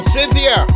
cynthia